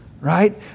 Right